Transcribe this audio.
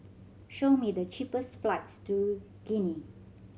show me the cheapest flights to Guinea